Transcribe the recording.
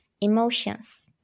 emotions